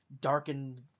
darkened